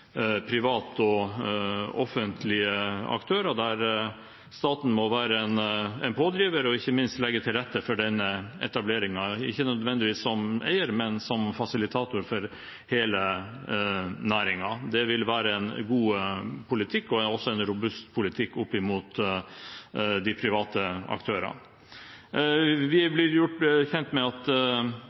og offentlige aktører, der staten må være en pådriver og ikke minst legge til rette for denne etableringen – ikke nødvendigvis som eier, men som fasilitator for hele næringen. Det vil være en god og robust politikk overfor de private aktørene. Vi er blitt gjort kjent med at